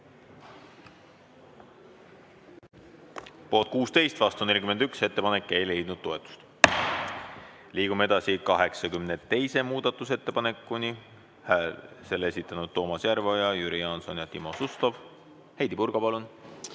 Poolt 16, vastu 41. Ettepanek ei leidnud toetust. Liigume edasi 82. muudatusettepanekuni. Selle on esitanud Toomas Järveoja, Jüri Jaanson ja Timo Suslov. Heidy Purga, palun!